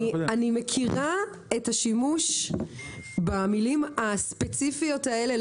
אני מכירה את השימוש במילים הספציפיות האלה.